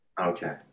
Okay